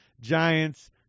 Giants